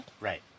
Right